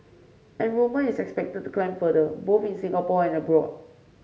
enrolment is expected to climb further both in Singapore and abroad